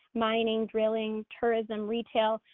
mining, drilling, tourism, retail,